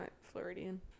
Floridian